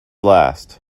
last